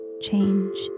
change